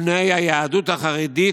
בני היהדות החרדית,